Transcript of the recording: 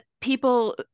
People